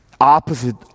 opposite